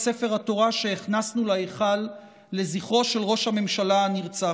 את ספר התורה שהכנסנו להיכל לזכרו של ראש הממשלה הנרצח.